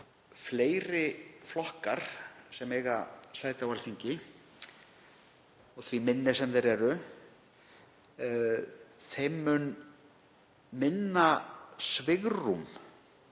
fleiri flokkar sem eiga sæti á Alþingi, því minni sem þeir eru, þeim mun minna svigrúm